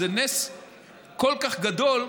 זה נס כל כך גדול,